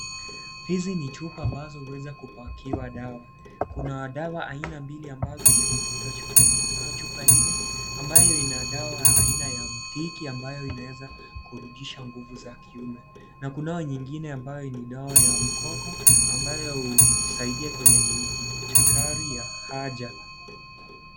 Hizi ni chupa ambazo huweza kupakiwa dawa , kuna dawa aina mbili ambazo ziko katika chupa hii kunayo chupa ile ambayo ina dawa aina ya mtiki ambayo inaweza kurudisha nguvu za kiume na kuna nyingine ambayo ni dawa ya mkoko ambayo husaidia kwenye mchakari wa haja.